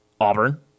Auburn